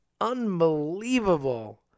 unbelievable